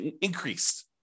increased